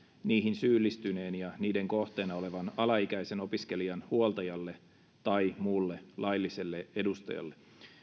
niihin syyllistyneen ja niiden kohteena olevan alaikäisen opiskelijan huoltajalle tai muulle lailliselle edustajalle